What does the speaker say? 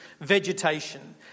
vegetation